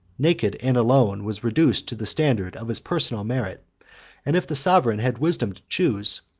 naked and alone, was reduced to the standard of his personal merit and, if the sovereign had wisdom to choose,